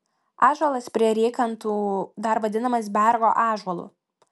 ąžuolas prie rykantų dar vadinamas bergo ąžuolu